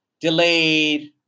delayed